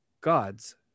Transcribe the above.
gods